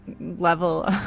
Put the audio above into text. level